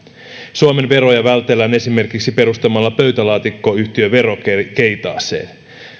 suomen veroja vältellään esimerkiksi perustamalla pöytälaatikkoyhtiö verokeitaaseen